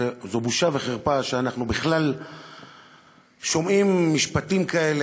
זו בושה וחרפה שאנחנו בכלל שומעים משפטים כאלה,